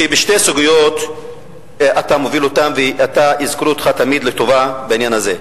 שבשתי סוגיות שאתה מוביל יזכרו אותך תמיד לטובה בעניין הזה: